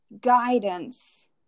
guidance